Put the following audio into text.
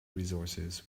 resources